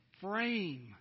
frame